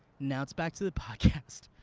now it's back to the podcast.